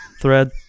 thread